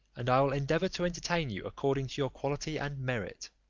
and i will endeavour to entertain you according to your quality and merit.